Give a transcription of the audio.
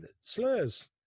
slurs